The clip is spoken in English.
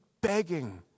begging